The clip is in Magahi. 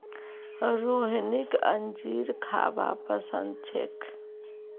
रोहिणीक अंजीर खाबा पसंद छेक